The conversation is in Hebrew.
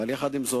אבל עם זה,